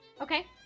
Okay